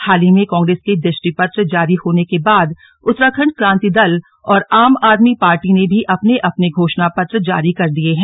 हाल ही में कांग्रेस के दृष्टि पत्र जारी होने के बाद उत्तराखंड क्रांति दल और आम आदमी पार्टी ने भी अपने अपने घोषणा पत्र जारी कर दिये हैं